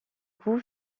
coups